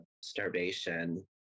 starvation